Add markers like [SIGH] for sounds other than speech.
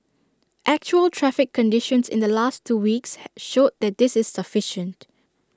actual traffic conditions in the last two weeks [NOISE] showed that this is sufficient